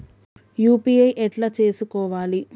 UPI ఎట్లా చేసుకోవాలి?